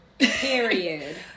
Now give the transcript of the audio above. period